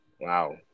Wow